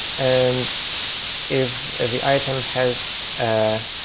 and if if the item has